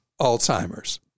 Alzheimer's